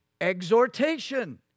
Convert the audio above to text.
exhortation